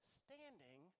standing